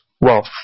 wealth